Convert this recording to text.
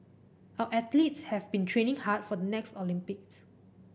our athletes have been training hard for the next Olympics